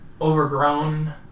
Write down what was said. overgrown